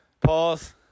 Pause